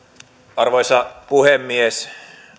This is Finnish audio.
arvoisa puhemies